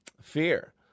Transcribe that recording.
Fear